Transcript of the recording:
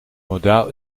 modaal